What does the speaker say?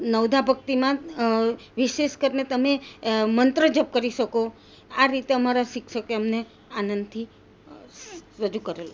નવધા ભક્તિમાં વિશેષ કરીને તમે મંત્ર જાપ કરી શકો આ રીતે અમારા શિક્ષકે અમને આનંદથી રજૂ કરેલું